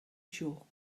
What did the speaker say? jôc